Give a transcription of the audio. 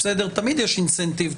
תמיד יש אינסנטיב,